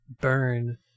burn